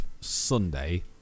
Sunday